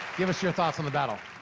give us your thoughts on the battle.